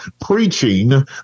preaching